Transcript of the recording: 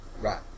right